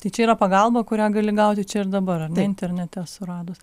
tai čia yra pagalba kurią gali gauti čia ir dabar ar ne internete suradus